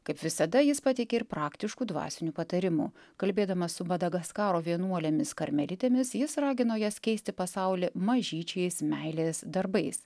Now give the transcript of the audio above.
kaip visada jis pateikė ir praktiškų dvasinių patarimų kalbėdamas su madagaskaro vienuolėmis karmelitėmis jis ragino jas keisti pasaulį mažyčiais meilės darbais